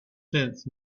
tenth